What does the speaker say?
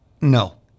no